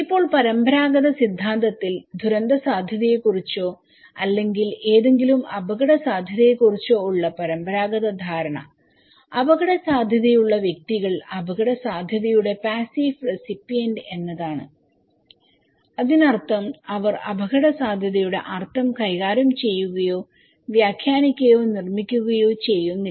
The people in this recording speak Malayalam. ഇപ്പോൾ പരമ്പരാഗത സിദ്ധാന്തത്തിൽ ദുരന്തസാധ്യതയെക്കുറിച്ചോ അല്ലെങ്കിൽ ഏതെങ്കിലും അപകടസാധ്യതയെക്കുറിച്ചോ ഉള്ള പരമ്പരാഗത ധാരണ അപകടസാധ്യതയുള്ള വ്യക്തികൾ അപകടസാധ്യതയുടെ പാസ്സീവ് റെസിപ്പിയന്റ് എന്നതാണ് അതിനർത്ഥം അവർ അപകടസാധ്യതയുടെ അർത്ഥം കൈകാര്യം ചെയ്യുകയോ വ്യാഖ്യാനിക്കുകയോ നിർമ്മിക്കുകയോ ചെയ്യുന്നില്ല